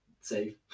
safe